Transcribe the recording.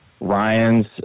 Ryan's